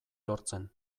lortzen